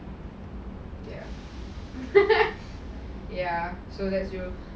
ya so that's true